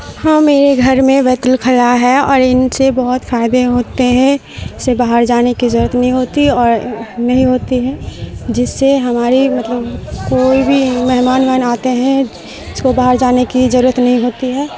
ہاں میرے گھر میں بیت الخلا ہے اور ان سے بہت فائدے ہوتے ہیں اس سے باہر جانے کی ضرورت نہیں ہوتی اور نہیں ہوتی ہے جس سے ہماری مطلب کوئی بھی مہمان وہمان آتے ہیں اس کو باہر جانے کی ضرورت نہیں ہوتی ہے